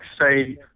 say